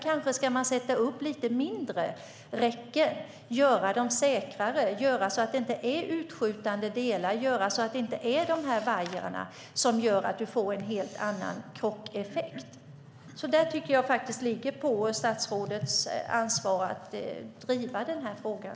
Kanske ska man sätta upp lite färre räcken och göra dem säkrare, så att det inte finns utskjutande delar och vajrar som ger en krockeffekt. Jag tycker att det ligger på statsrådets ansvar att driva den här frågan.